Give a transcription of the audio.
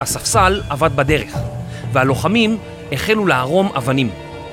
הספסל אבד בדרך, והלוחמים החלו להרום אבנים.